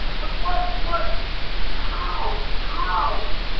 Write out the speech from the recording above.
but what, what how, how